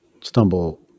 stumble